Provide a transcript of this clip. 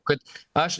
kad aš